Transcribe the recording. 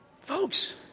Folks